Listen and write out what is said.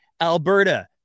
Alberta